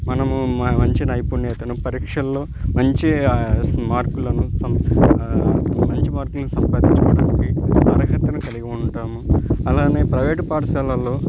మనము మ మంచి నైపుణ్యతను పరీక్షల్లో మంచి మార్కులను సం మంచి మార్కులను సంపాదించుకోడానికి అర్హతను కలిగి ఉంటాము అలానే ప్రైవేటు పాఠశాలల్లో